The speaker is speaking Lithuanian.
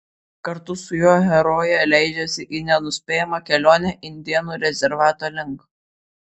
kartu su juo herojė leidžiasi į nenuspėjamą kelionę indėnų rezervato link